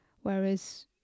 Whereas